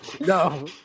No